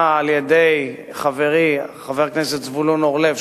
על-ידי חברי חבר הכנסת זבולון אורלב,